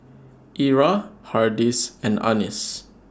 Era Hardy's and Annis